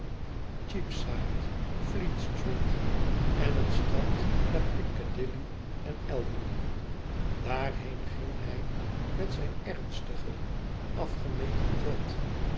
cheapside fleet-street en het strand naar piccadilly en albany daarheen ging hij met zijn emstigen afgemeten tred